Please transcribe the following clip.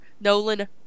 nolan